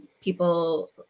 people